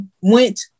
went